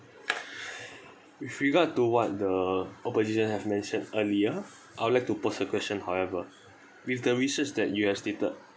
with regard to what the opposition have mentioned earlier I would like to post a question however with the research that you have stated